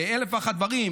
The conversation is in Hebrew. באלף ואחד דברים,